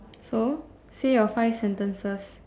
so say your five sentences